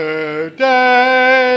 Today